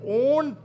own